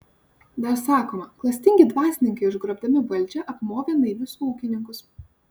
dar sakoma klastingi dvasininkai užgrobdami valdžią apmovė naivius ūkininkus